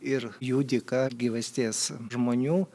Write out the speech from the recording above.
ir jų dėka gyvasties žmonių